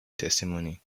testimony